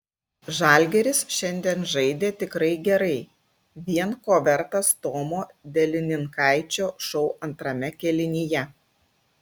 žalgiris šiandien žaidė tikrai gerai vien ko vertas tomo delininkaičio šou antrame kėlinyje